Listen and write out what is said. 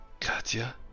Katya